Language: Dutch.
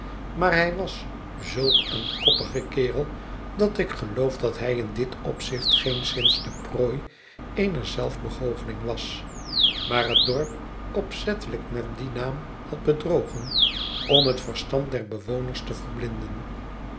maar hij was zulk een koppigekerel dat ik geloof dat hij in dit opzicht geenszins de prooi eener zelfbegoocheling was maar het dorp opzettelijk met dien naam bad bedrogen om het verstand der bewoners te verblinden